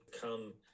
come